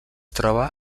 troba